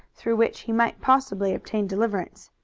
through which he might possibly obtain deliverance.